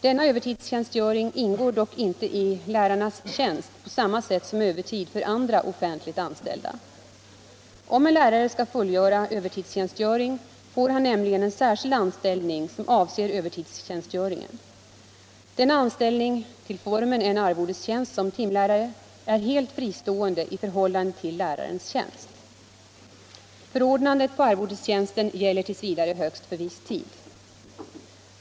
Denna övertidstjänstgöring ingår dock inte i lärarnas tjänst på samma sätt som övertid för andra offentligt anställda. Om en lärare skall fullgöra övertidstjänstgöring, får han nämligen en särskild anställning som avser övertidstjänstgöringen. Denna anställning, till formen en arvodestjänst som timlärare, är helt fristående i förhållande till lärarens tjänst. Förordnandet på arvodestjänsten gäller t. v. högst för viss tid.